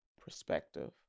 perspective